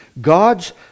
God's